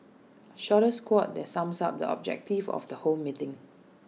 shortest quote that sums up the objective of the whole meeting